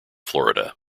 florida